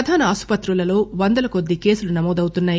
ప్రధాన ఆస్పత్రులలో వందలకొద్దీ కేసులు నమోదవుతున్నాయి